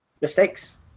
mistakes